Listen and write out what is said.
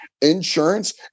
insurance